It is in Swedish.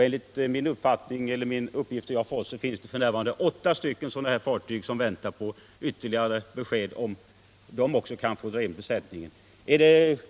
Enligt uppgifter som jag fått finns det f. n. för ytterligare åtta sådana fartyg ansökningar där man väntar på besked om man också där kan få dra in på sin befälsbemanning.